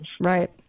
Right